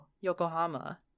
Yokohama